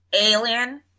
Alien